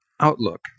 outlook